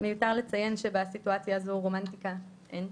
מיותר לציין שבסיטואציה הזו רומנטיקה אין.